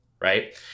right